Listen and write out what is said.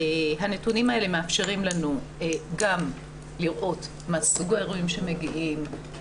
הנתונים האלה מאפשרים לנו גם לראות מה סוג האירועים שמגיעים,